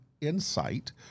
insight